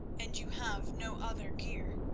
and you have no other gear.